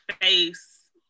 face